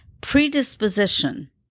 Predisposition